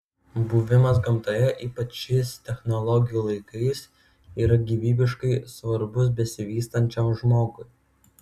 buvimas gamtoje ypač šiais technologijų laikais yra gyvybiškai svarbus besivystančiam žmogui